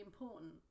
important